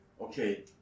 okay